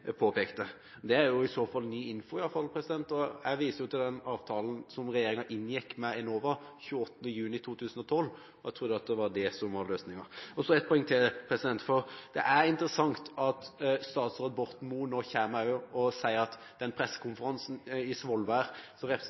påpekte. Det er i så fall ny info. Jeg viste til den avtalen som regjeringen inngikk med Enova 28. juni 2012, og jeg trodde at det var dét som var løsningen. Så ett poeng til: Det er interessant at statsråd Borten Moe nå kommer og sier at på den pressekonferansen i Svolvær